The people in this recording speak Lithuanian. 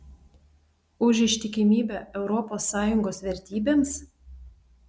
už ištikimybę europos sąjungos vertybėms